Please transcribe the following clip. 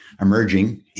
emerging